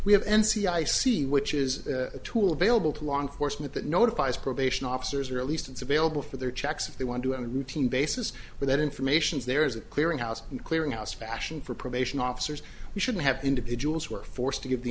we have n c i c which is a tool available to law enforcement that notifies probation officers or at least it's available for their checks if they want to any routine basis with that information's there is a clearinghouse and clearinghouse fashion for probation officers we should have individuals who are forced to give the